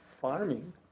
farming